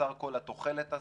חסר כל התוחלת הזה,